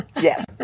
Yes